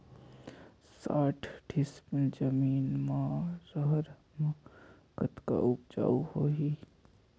साठ डिसमिल जमीन म रहर म कतका उपजाऊ होही?